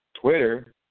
Twitter